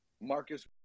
Marcus